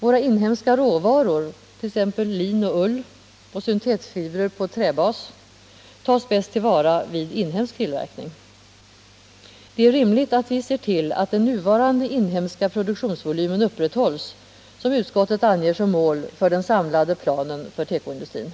Våra inhemska råvaror, t.ex. lin, ull och syntetfibrer på träbas, tas bäst till vara vid inhemsk tillverkning. Det är rimligt att vi ser till att den nuvarande inhemska produktionsvolymen upprätthålls, som utskottet anger som mål för den samlade planen för tekoindustrin.